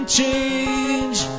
change